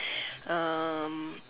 um